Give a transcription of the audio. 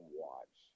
watch